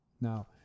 Now